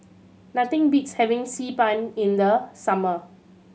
nothing beats having Xi Ban in the summer